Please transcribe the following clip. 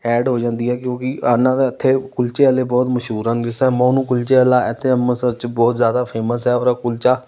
add ਹੋ ਜਾਂਦੀ ਹੈ ਕਿਉਂਕਿ ਆਹਨਾਂ ਦਾ ਇੱਥੇ ਕੁਲਚੇ ਵਾਲੇ ਬਹੁਤ ਮਸ਼ਹੂਰ ਹਨ ਜਿਸ ਤਰ੍ਹਾਂ ਮੋਨੂੰ ਕੁਲਚੇ ਵਾਲਾ ਇੱਥੇ ਅੰਮ੍ਰਿਤਸਰ 'ਚ ਬਹੁਤ ਜ਼ਿਆਦਾ ਫੇਮਸ ਹੈ ਔਰ ਉਹ ਕੁਲਚਾ